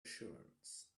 assurance